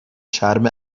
چرم